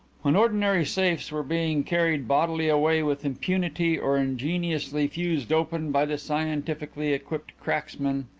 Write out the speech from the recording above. when ordinary safes were being carried bodily away with impunity or ingeniously fused open by the scientifically equipped cracksman,